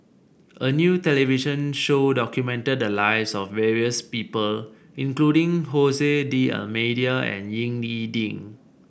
a new television show documented the lives of various people including Hose D'Almeida and Ying E Ding